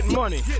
money